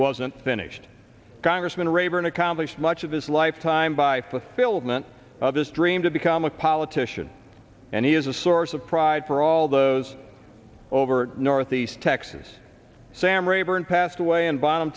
wasn't finished congressman rayburn accomplished much of his life time by fulfillment of his dream to become a politician and he is a source of pride for all those over northeast texas sam rayburn passed away in bottom